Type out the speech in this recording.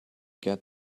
get